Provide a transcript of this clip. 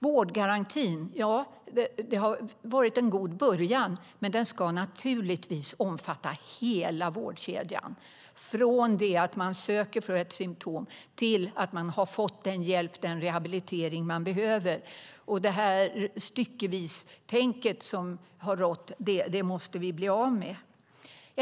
Vårdgarantin är en god början, men den ska naturligtvis omfatta hela vårdkedjan från det att man söker för ett symtom till att man fått den hjälp, den rehabilitering, man behöver. Det styckevistänkande som har rått måste vi bli av med.